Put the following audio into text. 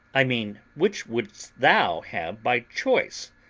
i mean which wouldest thou have by choice,